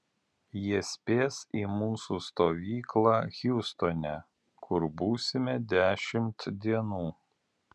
jie spės į mūsų stovyklą hjustone kur būsime dešimt dienų